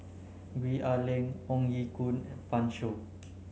Gwee Ah Leng Ong Ye Kung and Pan Shou